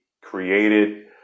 created